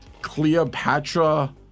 Cleopatra